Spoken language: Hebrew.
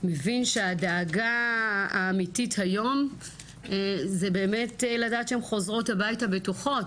מבין שהדאגה האמיתית היום זה באמת לדעת שהן חוזרות הביתה בטוחות,